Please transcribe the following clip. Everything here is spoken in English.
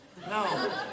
No